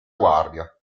guardia